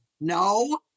No